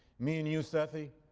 me and you sethe,